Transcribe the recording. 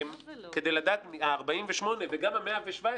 גם לדעת ה-48 וגם ה-117,